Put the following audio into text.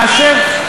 ראש האופוזיציה,